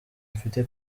mfite